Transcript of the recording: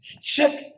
check